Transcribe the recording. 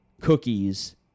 cookies